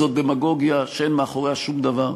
זאת דמגוגיה שאין מאחוריה שום דבר.